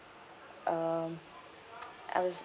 um I was